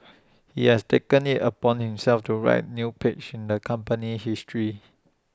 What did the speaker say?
he has taken IT upon himself to write new pages in the company's history